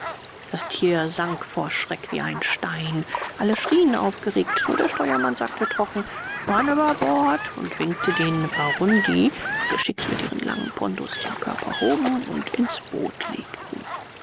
das tier sank vor schreck wie ein stein alle schrien aufgeregt nur der steuermann sagte trocken mann über bord und winkte den warundi die geschickt mit ihren langen pondos den körper hoben und ins boot legten